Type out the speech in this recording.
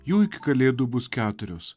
jų iki kalėdų bus keturios